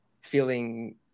feeling